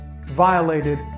violated